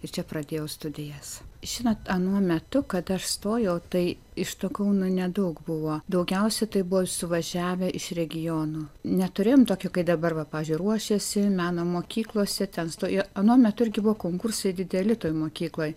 ir čia pradėjau studijas žinot anuo metu kada aš stojau tai iš to kauno nedaug buvo daugiausia tai buvo suvažiavę iš regionų neturėjom tokio kai dabar va pavyzdžiui ruošiasi meno mokyklose ten stoja anuo metu irgi buvo konkursai dideli toj mokykloj